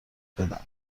بدم